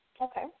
Okay